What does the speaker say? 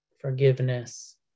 forgiveness